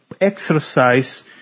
exercise